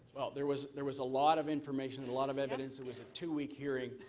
there was there was a lot of information and a lot of evidence. it was a two week hearing.